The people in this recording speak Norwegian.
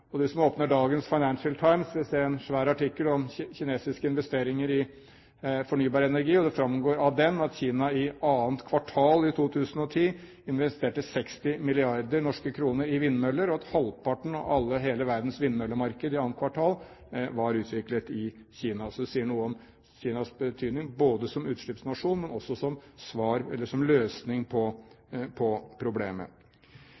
som åpner dagens Financial Times, vil se en svær artikkel om kinesiske investeringer i fornybar energi. Det framgår av den at Kina i annet kvartal 2010 investerte 60 mrd. norske kr i vindmøller, og at halvparten av hele verdens vindmøllemarked i annet kvartal var utviklet i Kina. Så det sier noe om Kinas betydning både som utslippsnasjon og som løsning på problemet. Kina legger også